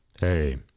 Hey